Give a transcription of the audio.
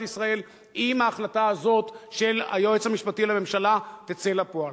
ישראל אם ההחלטה הזאת של היועץ המשפטי לממשלה תצא לפועל.